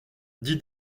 dix